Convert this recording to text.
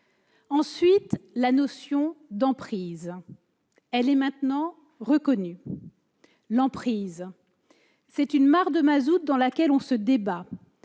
viens à la notion d'emprise ; celle-ci est maintenant reconnue. L'emprise est une mare de mazout dans laquelle on se débat.